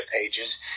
pages